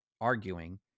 arguing